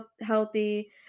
healthy